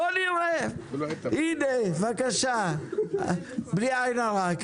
בוא נראה, הנה, בבקשה, בלי עין הרע.